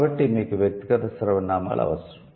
కాబట్టి మీకు వ్యక్తిగత సర్వనామాలు అవసరం